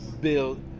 build